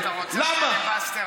למה?